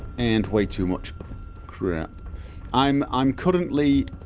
and way too much crap i'm, i'm currently